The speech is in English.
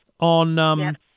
on